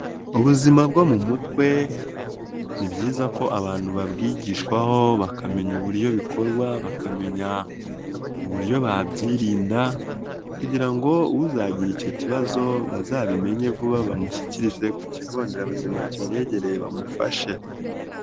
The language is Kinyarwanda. Ubuzima bwo mu mutwe ni byiza ko abantu babwigishwaho bakamenya uburyo bikorwa, bakamenya uburyo babyirinda kugira ngo uzagira icyo kibazo bazabimenye vuba bamushyikirize ku kigo nderabuzima kimwegereye bamufashe.